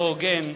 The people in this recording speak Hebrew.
הוגן,